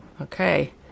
Okay